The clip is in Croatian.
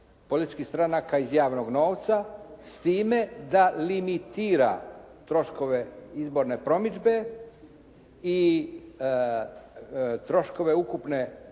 političkih stranaka iz javnog novca, s time da limitira troškove izborne promidžbe i troškove ukupne